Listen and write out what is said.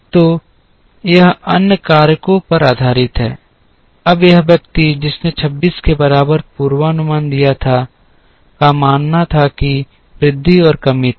तो यह अन्य कारकों पर आधारित है अब यह व्यक्ति जिसने 26 के बराबर पूर्वानुमान दिया था का मानना था कि वृद्धि और कमी थी